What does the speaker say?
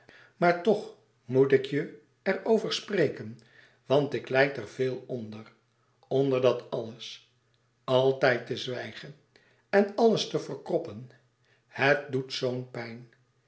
maar toch moet ik je er over spreken want ik lijd er te veel onder onder dat alles altijd te zwijgen en alles te verkroppen het doet zoo een pijn